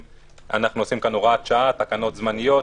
ואנחנו עושים כאן הוראת שעה תקנות זמניות,